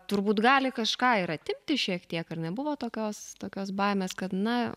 turbūt gali kažką ir atimti šiek tiek ar nebuvo tokios tokios baimės kad na